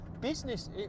business